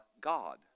God